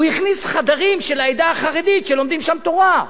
הוא הכניס "חדרים" של העדה החרדית שלומדים שם תורה.